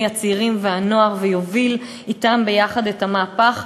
הצעירים והנוער ויוביל אתם יחד את המהפך,